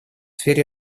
сфере